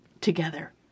together